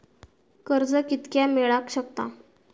कर्ज कितक्या मेलाक शकता?